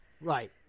Right